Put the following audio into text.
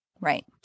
right